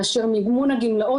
כאשר מימון הגמלאות,